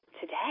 today